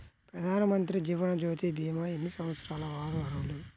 ప్రధానమంత్రి జీవనజ్యోతి భీమా ఎన్ని సంవత్సరాల వారు అర్హులు?